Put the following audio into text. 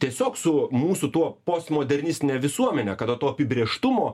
tiesiog su mūsų tuo postmodernistine visuomene kada to apibrėžtumo